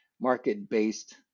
market-based